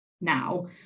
now